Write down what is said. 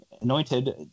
anointed